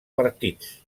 partits